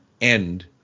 end